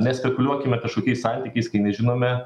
nespekuliuokime kažkokiais santykiais kai nežinome